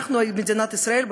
אנחנו מדינת ישראל,